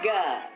God